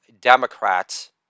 Democrats